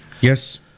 yes